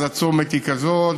אז הצומת הוא כזה,